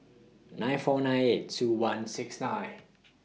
nine four nine eight two one six nine